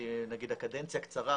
נגיד הקדנציה קצרה,